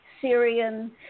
Syrian